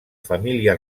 família